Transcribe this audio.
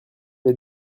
les